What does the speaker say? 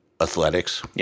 athletics